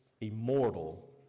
immortal